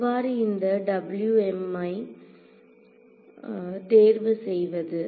எவ்வாறு இந்த ஐ தேர்வு செய்வது